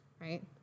right